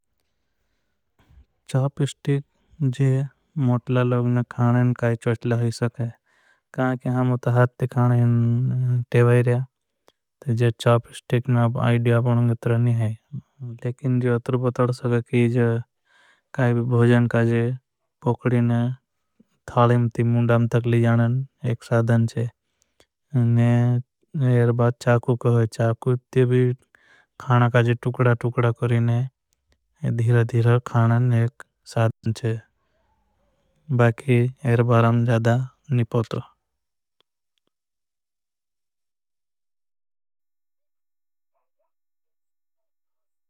चाप श्टिक ज़े मोटला लोगने खाने काई चवचला होई सके। हमोंता हाथ ती खाने ते वाई रहे हैं चाप श्टिक ना ईडिया। बनों गे तरह नहीं है जो अतुर पतर सगा की जो काई भोजन। काजे पोकड़ीने थालें ती मुंदां तक ले जाने एक सादन छे एर। बाद चाकू को होई चाकू ते भी खाना काजे टुकड़ा टुकड़ा। करीने धीर धीर खानने एक सादन छे एर बारं जादा नि पोतो।